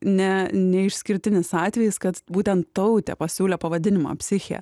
ne ne išskirtinis atvejis kad būtent tautė pasiūlė pavadinimą psichė